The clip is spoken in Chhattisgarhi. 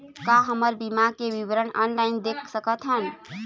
का हमर बीमा के विवरण ऑनलाइन देख सकथन?